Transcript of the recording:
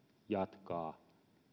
jatkaa